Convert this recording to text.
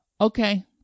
okay